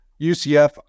UCF